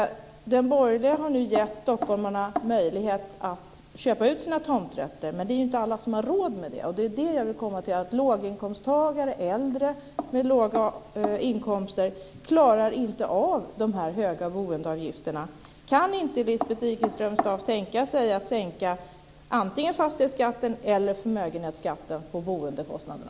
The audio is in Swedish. De borgerliga partierna har nu gett stockholmarna möjlighet att köpa ut sina tomträtter, men det är ju inte alla som har råd med det. Och det som jag vill komma fram till är att låginkomsttagare och äldre med låga inkomster inte klarar av dessa höga boendeavgifterna. Kan inte Lisbeth Staaf Igelström tänka sig att sänka antingen fastighetsskatten eller förmögenhetsskatten när det gäller boendekostnaderna?